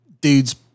dudes